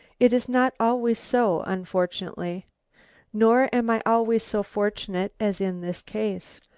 it is not always so, unfortunately nor am i always so fortunate as in this case.